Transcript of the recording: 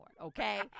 okay